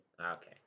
Okay